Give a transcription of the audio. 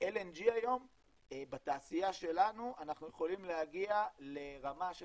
LNG היום בתעשייה שלנו אנחנו יכולים להגיע לרמה של